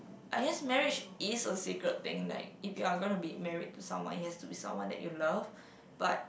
I guess marriage is a sacred thing like if you are gonna be married to someone it has to be someone that you love but